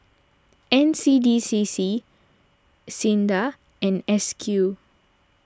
N C D C C Sinda and S Q